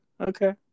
okay